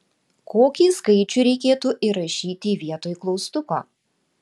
kokį skaičių reikėtų įrašyti vietoj klaustuko